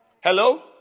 Hello